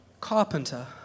Carpenter